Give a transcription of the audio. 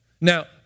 Now